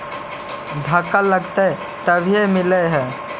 धक्का लगतय तभीयो मिल है?